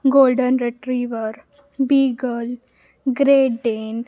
golden retriever beagle great dane